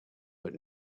but